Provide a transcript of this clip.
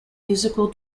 musical